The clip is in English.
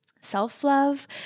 self-love